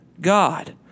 God